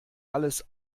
alles